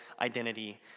identity